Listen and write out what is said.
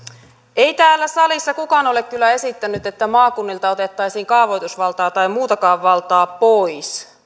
ei täällä salissa kukaan ole kyllä esittänyt että maakunnilta otettaisiin kaavoitusvaltaa tai muutakaan valtaa pois